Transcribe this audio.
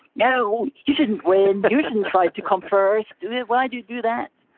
no, you shouldn't wait. and you shouldn't try to come first. do it. why do you do that?